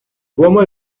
uomo